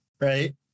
right